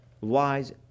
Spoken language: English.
wise